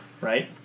right